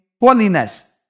holiness